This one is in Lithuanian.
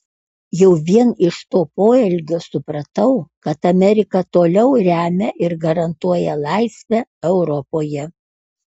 jau vien iš to poelgio supratau kad amerika toliau remia ir garantuoja laisvę europoje